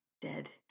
dead